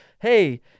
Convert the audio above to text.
hey